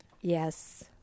Yes